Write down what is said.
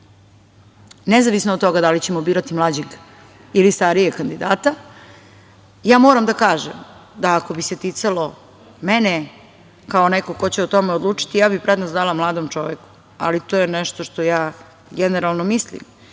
nezavisno od toga da li ćemo birati mlađeg ili starijeg kandidata. Moram da kažem da, ako bi se ticalo mene kao nekog ko će o tome odlučiti, ja bih prednost dala mladom čoveku, ali to je nešto što ja generalno mislim